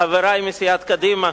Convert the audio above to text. חברי מסיעת קדימה,